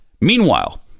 Meanwhile